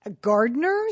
gardeners